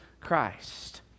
Christ